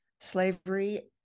slavery